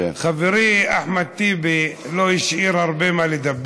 חברי אחמד טיבי לא השאיר הרבה מה לומר.